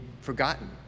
forgotten